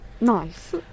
nice